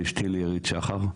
לאשתי, לאירית שחר.